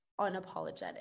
unapologetic